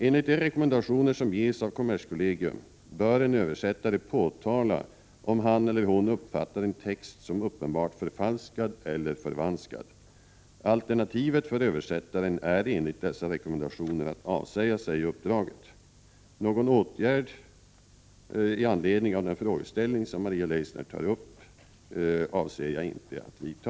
Enligt de rekommendationer som ges av kommerskollegium bör en översättare påtala om han eller hon uppfattar en text som uppenbart förfalskad eller förvanskad. Alternativet för översättaren är enligt dessa rekommendationer att avsäga sig uppdraget. Någon åtgärd med anledning av den frågeställningen som Maria Leissner tar upp avser jag inte att vidta.